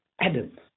adam